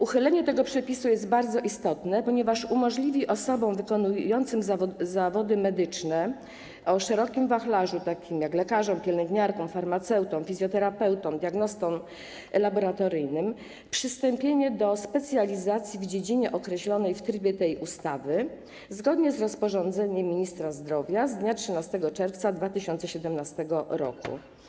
Uchylenie tego przepisu jest bardzo istotne, ponieważ umożliwi osobom wykonującym zawody medyczne o szerokim spektrum, tj. lekarzom, pielęgniarkom, farmaceutom, fizjoterapeutom, diagnostom laboratoryjnym, przystąpienie do specjalizacji w dziedzinie określonej w trybie tej ustawy zgodnie z rozporządzeniem ministra zdrowia z dnia 13 czerwca 2017 r.